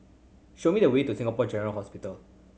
show me the way to Singapore General Hospital